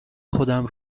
خودم